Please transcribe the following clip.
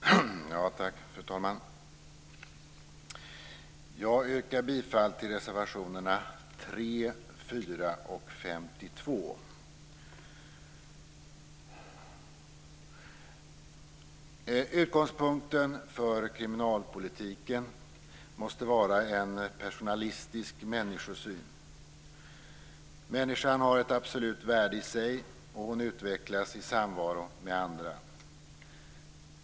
Fru talman! Jag yrkar bifall till reservationerna 3, 4 och 52. Utgångspunkten för kriminalpolitiken måste vara en personalistisk människosyn. Människan har ett absolut värde i sig, och hon utvecklas i samvaro med andra.